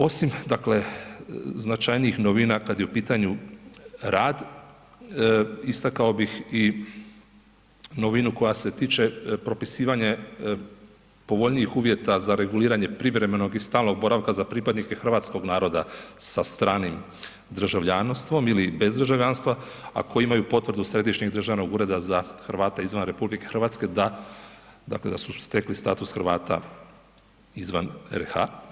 Osim dakle značajnijih novina kad je u pitanju rad, istakao bih i novinu koja se tiče, propisivanje povoljnijih uvjeta za reguliranje privremenog i stalnog boravka za pripadnike hrvatskog naroda sa stranim državljanstvom ili bez državljanstva, a koji imaju potvrdu Središnjeg državnog ureda za Hrvate izvan RH da, dakle da su stekli status Hrvata izvan RH.